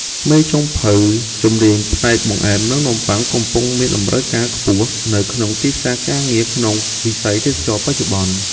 មេចុងភៅជំនាញខាងបង្អែមនិងនំបុ័ងកំពុងមានតម្រូវការខ្ពស់នៅក្នុងទីផ្សារការងារក្នុងវិស័យទេសចរណ៍បច្ចុប្បន្ន។